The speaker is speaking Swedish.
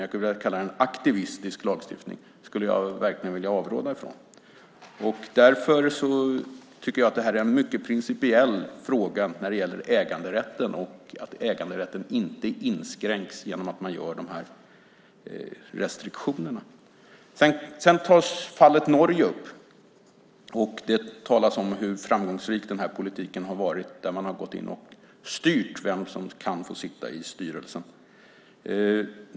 Jag skulle vilja kalla det en aktivistisk lagstiftning, och det vill jag verkligen avråda från. Därför tycker jag att det här är en mycket principiell fråga när det gäller äganderätten och att äganderätten inte ska inskränkas genom att man gör dessa restriktioner. Sedan tas fallet Norge upp, och det talas om hur framgångsrik politiken har varit när man har gått in och styrt vem som kan få sitta i styrelser.